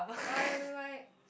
why are we why